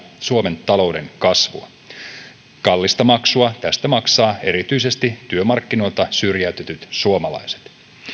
suomen talouden kasvua kallista maksua tästä maksavat erityisesti työmarkkinoilta syrjäytetyt suomalaiset